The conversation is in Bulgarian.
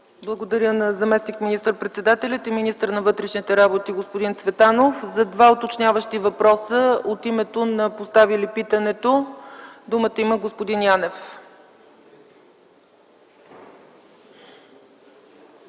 Благодаря на заместник министър-председателя и министър на вътрешните работи господин Цветанов. За два уточняващи въпроса от името на поставили питането, думата има господин Янев.